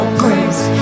praise